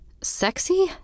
Sexy